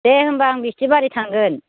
दे होमबा आं बिस्थिबारै थांगोन